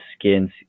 skins